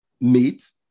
meet